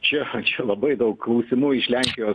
čia čia labai daug klausimų iš lenkijos